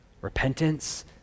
Repentance